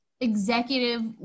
executive